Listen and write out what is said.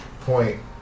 point